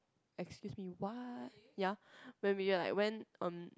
excuse me what ya when we are like went erm